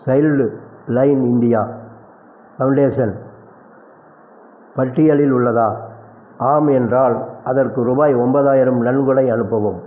child line India foundation பட்டியலில் உள்ளதா ஆம் என்றால் அதற்கு ரூபாய் ஒம்பதாயிரம் நன்கொடை அனுப்பவும்